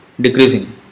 decreasing